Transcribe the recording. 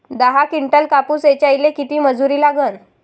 दहा किंटल कापूस ऐचायले किती मजूरी लागन?